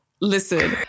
Listen